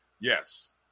Yes